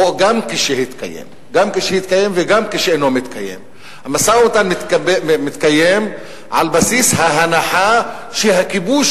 וגם כשמתקיים וגם כשאינו מתקיים הוא על בסיס ההנחה שהכיבוש